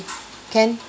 can